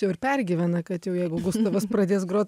jau ir pergyvena kad jau jeigu gustavas pradės grot